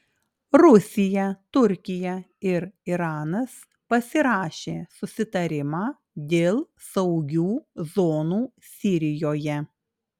rusija turkija ir iranas pasirašė susitarimą dėl saugių zonų sirijoje